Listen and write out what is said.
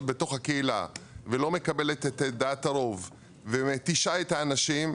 בתוך הקהילה ולא מקבלת את דעת הרוב ומתישה את האנשים,